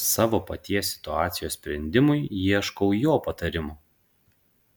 savo paties situacijos sprendimui ieškau jo patarimo